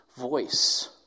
voice